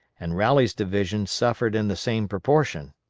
and rowley's division suffered in the same proportion.